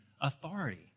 authority